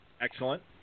Excellent